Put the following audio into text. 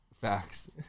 Facts